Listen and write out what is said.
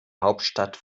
hauptstadt